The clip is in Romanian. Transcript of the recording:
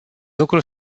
lucru